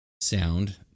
sound